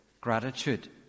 gratitude